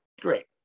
great